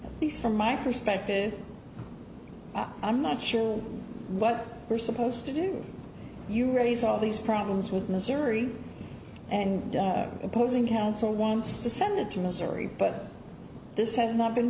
these from my perspective i'm not sure what we're supposed to do you raise all these problems with missouri and opposing counsel wants to send it to missouri but this has not been